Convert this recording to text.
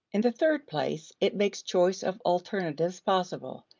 in the third place, it makes choice of alternatives possible.